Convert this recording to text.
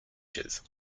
chaises